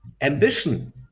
ambition